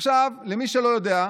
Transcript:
עכשיו, למי שלא יודע,